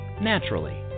naturally